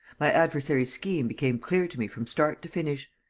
my adversary's scheme became clear to me from start to finish.